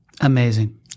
Amazing